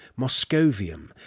moscovium